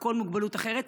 כל מוגבלות אחרת?